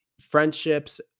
Friendships